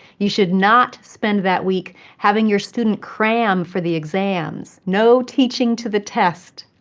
you should not spend that week having your student cram for the exams. no teaching to the test!